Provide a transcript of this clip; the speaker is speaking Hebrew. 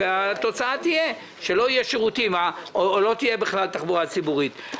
והתוצאה תהיה שלא יהיו שירותים או לא תהיה בכלל תחבורה ציבורית.